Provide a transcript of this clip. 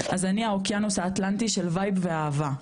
אז אני האוקיינוס האטלנטי של וייב ואהבה,